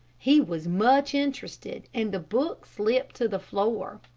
he was much interested, and the book slipped to the floor.